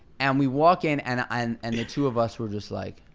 and we walk in and ah and and the two of us are just like.